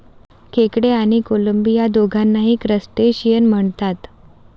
खेकडे आणि कोळंबी या दोघांनाही क्रस्टेशियन म्हणतात